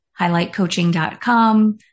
highlightcoaching.com